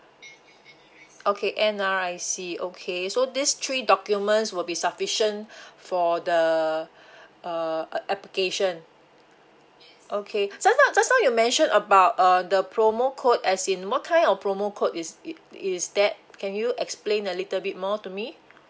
okay N_R_I_C okay so these three documents will be sufficient for the uh application okay just now just now you mentioned about uh the promo code as in what kind of promo code is it is that can you explain a little bit more to me